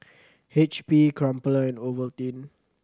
H P Crumpler and Ovaltine